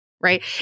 Right